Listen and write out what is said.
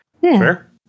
Fair